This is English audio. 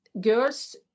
girls